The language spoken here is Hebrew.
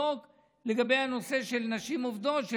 לגבי הנושא של נשים עובדות,